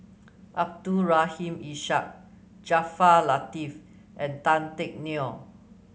Abdul Rahim Ishak Jaafar Latiff and Tan Teck Neo